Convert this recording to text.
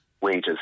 wages